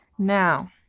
now